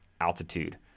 Altitude